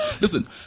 Listen